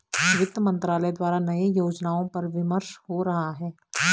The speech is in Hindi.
वित्त मंत्रालय द्वारा नए योजनाओं पर विमर्श हो रहा है